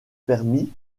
permis